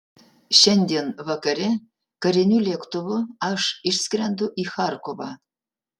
šiandien vakare kariniu lėktuvu aš išskrendu į charkovą